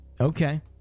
Okay